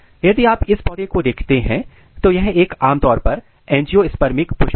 यदि आप इस पौधे को देखते हैं तो यह एक आमतौर पर एंजियोस्पर्मिक पुष्प है